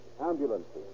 ambulances